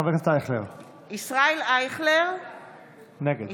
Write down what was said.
במסגרת ההפגנה החוקית בשייח' ג'ראח היא עמדה